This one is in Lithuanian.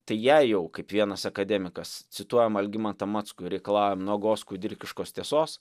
tai jei jau kaip vienas akademikas cituojam algimantą mackų ir reikalaujam nuogos kudirkiškos tiesos